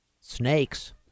snakes